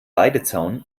weidezaun